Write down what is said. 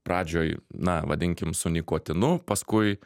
pradžioj na vadinkim su nikotinu paskui